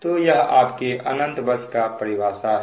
तो यह आपके अनंत बस का परिभाषा है